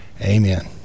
amen